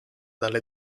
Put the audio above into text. dalle